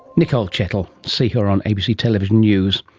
nicole chettle. see her on abc television news.